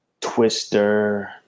twister